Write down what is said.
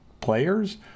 players